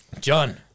john